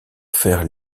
faire